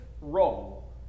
role